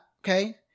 Okay